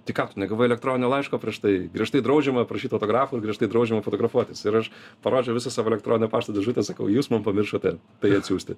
tai ką tu negavau elektroninio laiško prieš tai griežtai draudžiama prašyt autografo ir griežtai draudžiama fotografuotis ir aš parodžiau visą savo elektroninio pašto dėžutę sakau jūs mums pamiršote tai atsiųsti